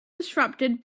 disrupted